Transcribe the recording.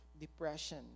depression